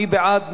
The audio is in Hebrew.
מי בעד?